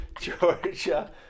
georgia